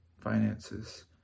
finances